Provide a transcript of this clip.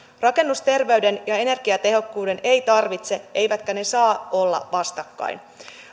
rakennusterveyden ja energiatehokkuuden ei tarvitse eivätkä ne saa olla vastakkain